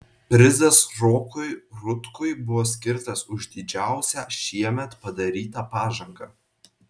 prizas rokui rutkui buvo skirtas už didžiausią šiemet padarytą pažangą